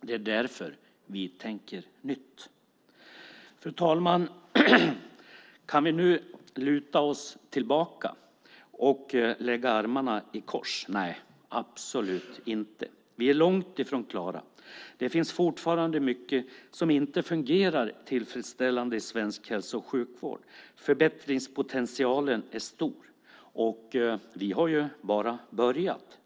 Det är därför vi tänker nytt. Fru talman! Kan vi nu luta oss tillbaka och lägga armarna i kors? Nej, absolut inte. Vi är långt ifrån klara. Det finns fortfarande mycket som inte fungerar tillfredsställande i svensk hälso och sjukvård, och förbättringspotentialen är stor. Vi har bara börjat.